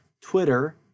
Twitter